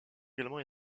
également